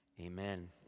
amen